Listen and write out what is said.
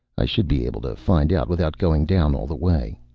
i should be able to find out without going down all the way.